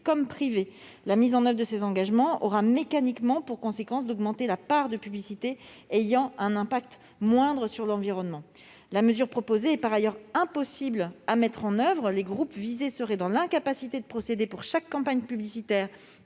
comme privés. La mise en oeuvre de ces engagements aura mécaniquement pour conséquence d'augmenter la part de publicités pour des produits ayant un impact moindre sur l'environnement. La mesure proposée est par ailleurs impossible à mettre en oeuvre. Les groupes visés n'auraient pas la capacité de procéder, pour chaque campagne publicitaire,